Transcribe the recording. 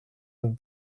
and